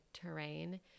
terrain